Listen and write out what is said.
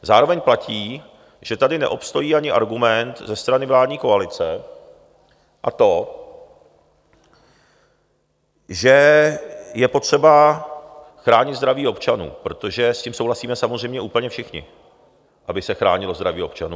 Zároveň platí, že tady neobstojí ani argument ze strany vládní koalice, a to že je potřeba chránit zdraví občanů, protože s tím souhlasíme samozřejmě úplně všichni, aby se chránilo zdraví občanů.